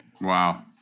wow